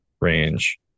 range